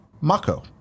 Mako